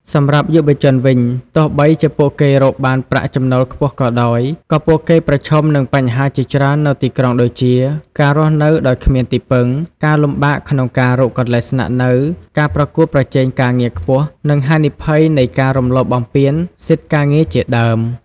សម្រាប់យុវជនវិញ ទោះបីជាពួកគេរកបានប្រាក់ចំណូលខ្ពស់ក៏ដោយ ក៏ពួកគេប្រឈមនឹងបញ្ហាជាច្រើននៅទីក្រុងដូចជា ការរស់នៅដោយគ្មានទីពឹង ការលំបាកក្នុងការរកកន្លែងស្នាក់នៅ ការប្រកួតប្រជែងការងារខ្ពស់ និងហានិភ័យនៃការរំលោភបំពានសិទ្ធិការងារជាដើម។